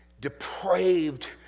depraved